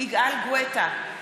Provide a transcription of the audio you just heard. יגאל גואטה,